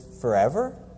forever